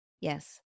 yes